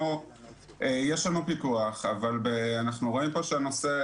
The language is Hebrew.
יש לנו פיקוח, אבל אנחנו רואים פה שהנושא